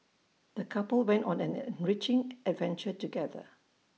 the couple went on an enriching adventure together